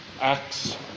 acts